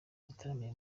yataramiye